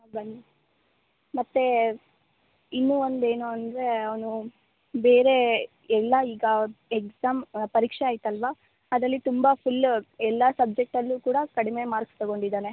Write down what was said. ಹಾಂ ಬನ್ನಿ ಮತ್ತು ಇನ್ನೂ ಒಂದು ಏನು ಅಂದರೆ ಅವನು ಬೇರೆ ಎಲ್ಲ ಈಗ ಎಕ್ಸಾಮ್ ಪರೀಕ್ಷೆ ಆಯಿತಲ್ವಾ ಅದರಲ್ಲಿ ತುಂಬ ಫುಲ್ ಎಲ್ಲ ಸಬ್ಜೆಕ್ಟಲ್ಲೂ ಕೂಡ ಕಡಿಮೆ ಮಾರ್ಕ್ಸ್ ತೊಗೊಂಡಿದ್ದಾನೆ